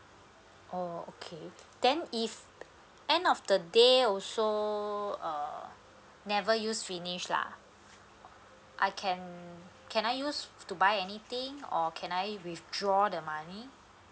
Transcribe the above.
oh okay then if end of the day also uh never use finish lah I can can I use to buy anything or can I withdraw the money